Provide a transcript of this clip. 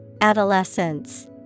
Adolescence